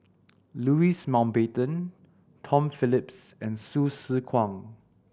Louis Mountbatten Tom Phillips and Hsu Tse Kwang